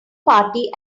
party